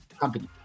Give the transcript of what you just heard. company